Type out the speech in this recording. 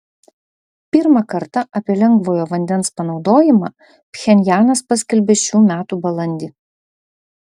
pirmą kartą apie lengvojo vandens panaudojimą pchenjanas paskelbė šių metų balandį